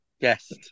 guest